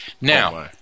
Now